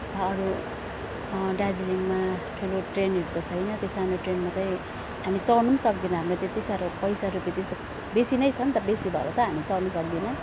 त अरू दार्जिलिङमा ठुलो ट्रेनहरू त छैन त्यो सानो ट्रेन मात्रै हामी चढ्नु पनि सक्दिनँ हाम्रो त्यत्ति साह्रो पैसा रुपियाँ बेसी नै छ नि त बेसी भएर त हामी चढ्नु सक्दिनँ